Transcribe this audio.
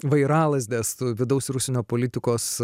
vairalazdes vidaus ir užsienio politikos